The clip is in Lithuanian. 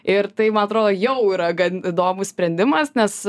ir tai man atrodo jau yra gan įdomūs sprendimas nes